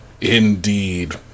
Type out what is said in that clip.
Indeed